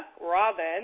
Robin